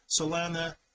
Solana